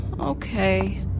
okay